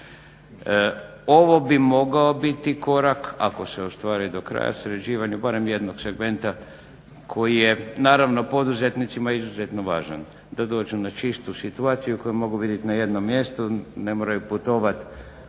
Ovo bi mogao biti korak ako se ostvari do kraja sređivanju barem jednog segmenta koji je naravno poduzetnicima izuzetno važan da dođu na čistu situaciju koju mogu vidjeti na jednom mjestu. Ne moraju putovati